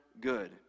good